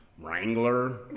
wrangler